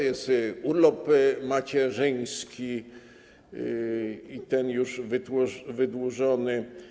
Jest urlop macierzyński, i to już wydłużony.